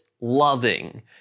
loving